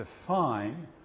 define